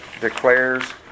declares